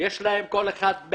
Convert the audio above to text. צריך לעגן אותה בצורה יותר